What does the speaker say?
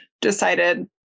decided